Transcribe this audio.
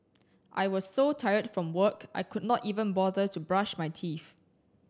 I was so tired from work I could not even bother to brush my teeth